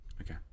Okay